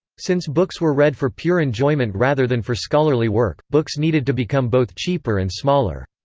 since books were read for pure enjoyment rather than for scholarly work, books needed to become both cheaper and smaller.